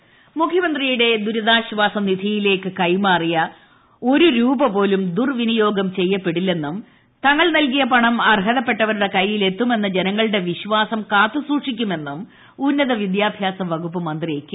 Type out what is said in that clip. ജലീൽ മുഖ്യമന്ത്രിയുടെ ദുരിതാശ്ചാസ നിധിയിലേക്ക് കൈമാറിയ ഒരു രൂപ പോലും ദുർവിനിയോഗം ചെയ്യപ്പെടില്ലെന്നും തങ്ങൾ നൽകിയ പണം അർഹതപ്പെട്ടവരുടെ കൈയ്യിൽ എത്തുമെന്ന ജനങ്ങളുടെ വിശ്വാസം കാത്തു സൂക്ഷിക്കുമെന്നും ഉന്നത വിദ്യാഭ്യാസ വകുപ്പ് മന്ത്രി കെ